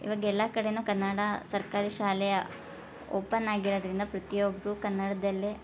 ಇವಾಗ ಎಲ್ಲ ಕಡೆಯೂ ಕನ್ನಡ ಸರ್ಕಾರಿ ಶಾಲೆ ಓಪನ್ ಆಗಿರೋದ್ರಿಂದ ಪ್ರತಿಯೊಬ್ಬರೂ ಕನ್ನಡದಲ್ಲೇ